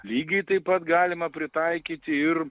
lygiai taip pat galima pritaikyti ir